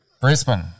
Brisbane